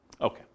Okay